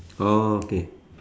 okay